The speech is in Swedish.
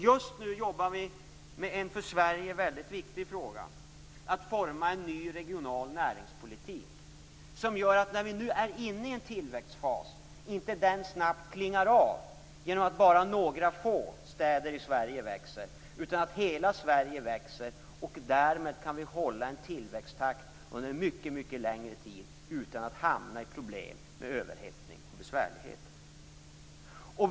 Just nu jobbar vi med en för Sverige väldigt viktig fråga, nämligen att forma en ny regional näringspolitik som inte gör att den tillväxtfas som vi nu är inne i snabbt klingar av genom att bara några få städer i Sverige växer. Hela Sverige växer nu. Därmed kan vi hålla en tillväxttakt under en mycket längre tid utan att hamna i problem med överhettning och andra besvärligheter.